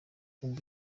ubu